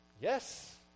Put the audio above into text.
Yes